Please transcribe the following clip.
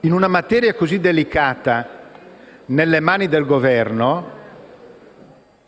in una materia così delicata nelle mani del Governo,